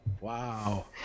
Wow